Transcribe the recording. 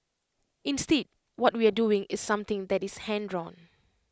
instead what we are doing is something that is hand drawn